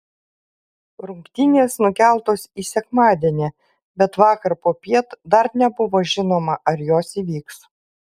rungtynės nukeltos į sekmadienį bet vakar popiet dar nebuvo žinoma ar jos įvyks